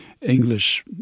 English